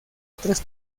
otras